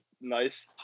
nice